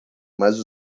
mas